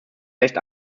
recht